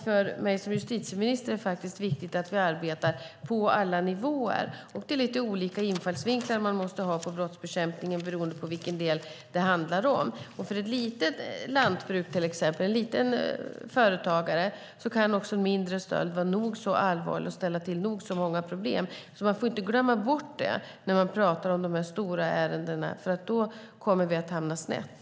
För mig som justitieminister är det viktigt att vi arbetar på alla nivåer, och man måste ha lite olika infallsvinklar på brottsbekämpningen beroende på vilken del det handlar om. För till exempel ett litet lantbruk, en småföretagare, kan också en liten stöld vara nog så allvarlig och ställa till med nog så många problem. Vi får inte glömma bort det när vi pratar om de här stora ärendena, för då kommer vi att hamna snett.